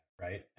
right